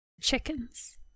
Chickens